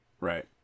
Right